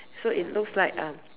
so it looks like um